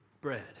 bread